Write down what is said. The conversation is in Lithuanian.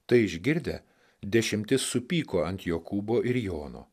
tai išgirdę dešimtis supyko ant jokūbo ir jono